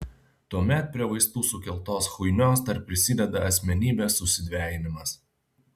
tuomet prie vaistų sukeltos chuinios dar prisideda asmenybės susidvejinimas